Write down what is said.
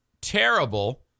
terrible